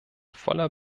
voller